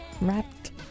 wrapped